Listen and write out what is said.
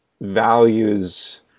values